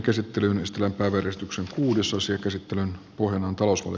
käsittelyn nestlen päivöristuksen kuudesosan käsittävän pureman tulos oli